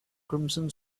crimson